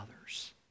others